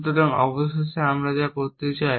সুতরাং অবশেষে আমরা যা করতে চাই